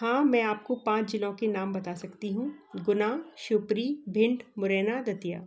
हाँ मैं आप को पाँच ज़िलों के नाम बता सकती हूँ गुना शिवपुरी भिंड मुरैना धतिया